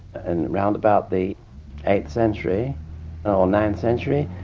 and round about the eighth century or ninth century,